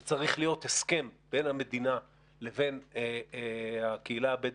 זה צריך להיות הסכם בין המדינה לבין הקהילה הבדואית,